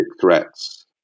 threats